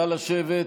נא לשבת.